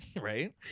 Right